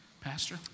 Pastor